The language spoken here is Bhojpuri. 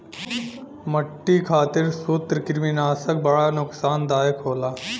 मट्टी खातिर सूत्रकृमिनाशक बड़ा नुकसानदायक होला